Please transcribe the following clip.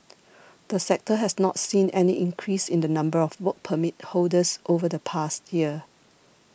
the sector has not seen any increase in the number of Work Permit holders over the past year